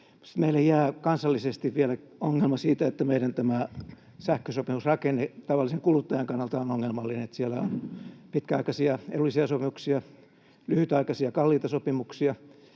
Meille jää kansallisesti vielä ongelma siitä, että meidän sähkösopimusrakenne tavallisen kuluttajan kannalta on ongelmallinen. Siellä on pitkäaikaisia edullisia sopimuksia, lyhytaikaisia kalliita sopimuksia